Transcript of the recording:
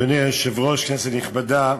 אדוני היושב-ראש, כנסת נכבדה,